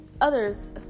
others